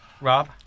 Rob